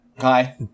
Hi